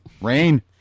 rain